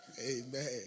Amen